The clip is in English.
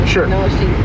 Sure